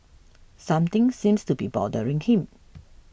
something seems to be bothering him